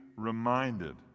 reminded